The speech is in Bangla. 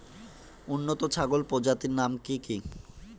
উন্নত ছাগল প্রজাতির নাম কি কি?